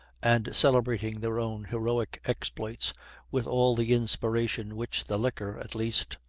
and celebrating their own heroic exploits with all the inspiration which the liquor, at least,